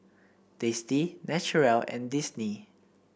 Tasty Naturel and Disney